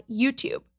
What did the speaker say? YouTube